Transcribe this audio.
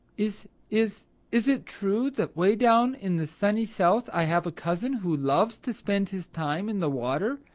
is is is it true that way down in the sunny south i have a cousin who loves to spend his time in the water?